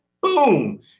boom